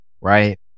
Right